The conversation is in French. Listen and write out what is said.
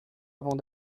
avant